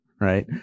right